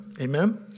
Amen